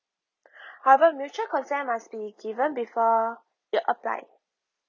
however mutual consent must be given before you apply